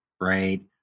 right